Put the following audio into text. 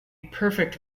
perfect